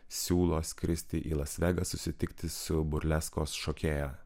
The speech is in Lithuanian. siūlo skristi į las vegą susitikti su burleskos šokėja